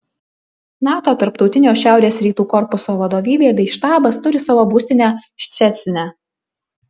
nato tarptautinio šiaurės rytų korpuso vadovybė bei štabas turi savo būstinę ščecine